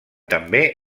també